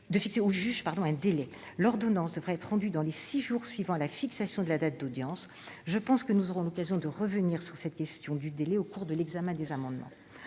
l'ordonnance devrait être rendue dans les six jours qui suivent la fixation de la date de l'audience. Je pense que nous aurons l'occasion de revenir sur cette question du délai au cours de l'examen des amendements.